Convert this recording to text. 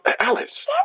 Alice